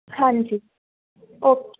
ਹਾਂਜੀ ਓਕੇ